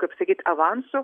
kaip sakyt avansu